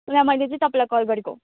र मैले चाहिँ तपाईँलाई कल गरेको